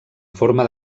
forma